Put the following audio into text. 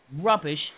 rubbish